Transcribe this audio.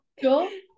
sure